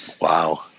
Wow